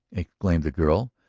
exclaimed the girl,